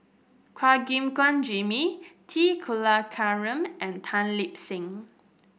Chua Gim Guan Jimmy T Kulasekaram and Tan Lip Seng